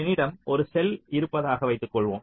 என்னிடம் ஒரு செல் இருப்பதாக வைத்துக்கொள்வோம்